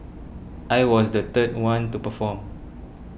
I was the third one to perform